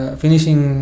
finishing